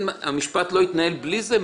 המשפט לא יתנהל בלי זה?